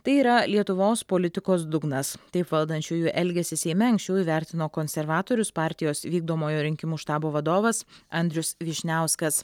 tai yra lietuvos politikos dugnas taip valdančiųjų elgesį seime anksčiau įvertino konservatorius partijos vykdomojo rinkimų štabo vadovas andrius vyšniauskas